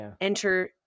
Enter